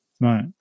right